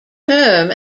term